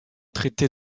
traité